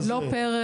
לא פר,